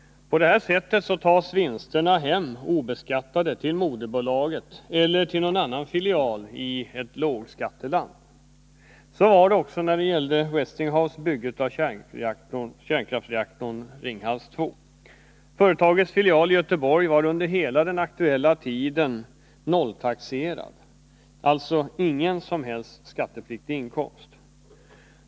På detta sätt tas vinsterna hem obeskattade till moderbolaget eller till någon annan filial i ett lågskatteland. Så var det också när det gällde Westinghouse bygge av kärnkraftreaktorn Ringhals 2. Företagets filial i Göteborg var under hela den aktuella tiden nolltaxerad, dvs. uppvisade ingen som helst skattepliktig inkomst.